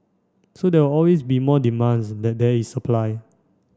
so there always be more demands that there is supply